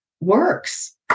works